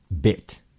bit